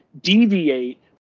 deviate